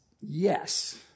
Yes